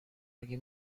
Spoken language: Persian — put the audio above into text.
اگه